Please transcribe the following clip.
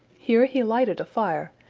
here he lighted a fire,